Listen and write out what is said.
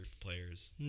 players